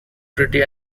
pretty